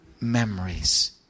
memories